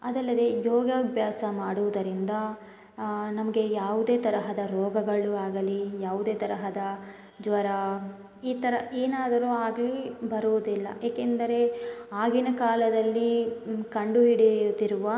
ಅದಲ್ಲದೇ ಯೋಗಾಭ್ಯಾಸ ಮಾಡುವುದರಿಂದ ನಮಗೆ ಯಾವುದೇ ತರಹದ ರೋಗಗಳು ಆಗಲೀ ಯಾವುದೇ ತರಹದ ಜ್ವರ ಈ ಥರ ಏನಾದರೂ ಆಗಲೀ ಬರುವುದಿಲ್ಲ ಏಕೆಂದರೆ ಆಗಿನ ಕಾಲದಲ್ಲಿ ಕಂಡು ಹಿಡಿಯುತ್ತಿರುವ